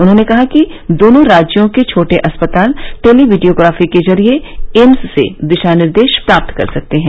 उन्होंने कहा कि दोनों राज्यों के छोटे अस्पताल टेली वीडियोग्राफी के जरिए एम्स से दिशा निर्देश प्राप्त कर सकते हैं